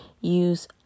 use